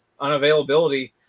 unavailability